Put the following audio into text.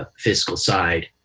ah fiscal side.